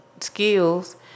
skills